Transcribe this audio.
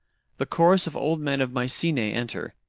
the chorus of old men of mycenae enter,